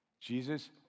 Jesus